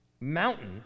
mountain